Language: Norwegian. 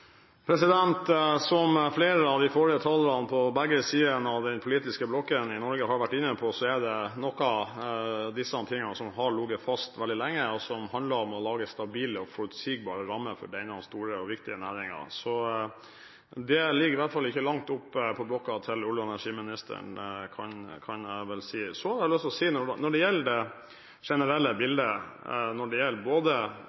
Som flere av de forrige talerne på begge sidene av den politiske blokken i Norge har vært inne på, er det nok av disse tingene som har ligget fast veldig lenge, og som handler om å lage stabile og forutsigbare rammer for denne store og viktige næringen. Det ligger i hvert fall ikke langt oppe på blokka til olje- og energiministeren, kan jeg vel si. Så har jeg lyst til å si noe når det gjelder det generelle bildet. Når det gjelder både